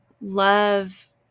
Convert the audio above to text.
love